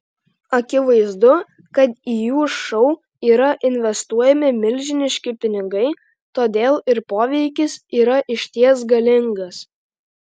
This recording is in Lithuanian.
akivaizdu kad į jų šou yra investuojami milžiniški pinigai todėl ir poveikis yra išties galingas